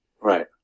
right